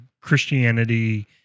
Christianity